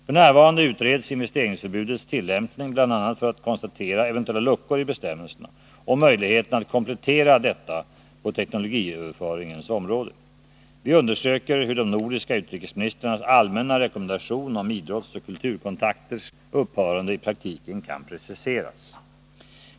F.n. utreds investeringsförbudets tillämpning, bl.a. för att konstatera eventuella luckor i bestämmelserna, och möjligheterna att komplettera detta på teknologiöverföringens område. Vi undersöker hur de nordiska utrikesministrarnas allmänna rekommendation om idrottsoch kulturkontakters upphörande i praktiken kan preciseras.